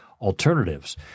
alternatives